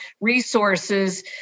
resources